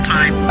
Time